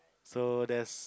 so that's